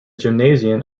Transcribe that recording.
gymnasium